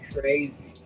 crazy